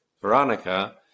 Veronica